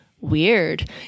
weird